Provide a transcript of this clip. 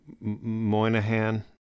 Moynihan